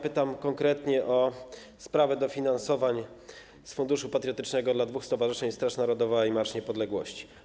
Pytam konkretnie o sprawę dofinansowań z Funduszu Patriotycznego dla dwóch Stowarzyszeń: Straż Narodowa i Marsz Niepodległości.